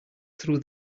through